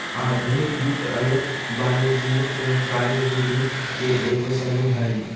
आधुनिक वित्त अनेक वाणिज्यिक कार्यविधि के एगो समूह हइ